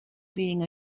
being